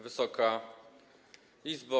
Wysoka Izbo!